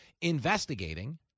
investigating